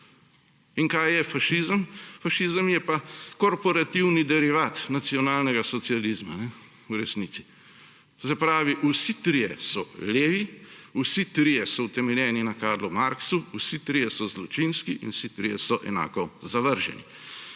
In kaj fašizem? Fašizem je pa korporativni derivat nacionalnega socializma v resnici. To se pravi, vsi trije so levi, vsi trije so utemeljeni na Karlu Marxu, vsi trije so zločinski in vsi trije so enako zavržni.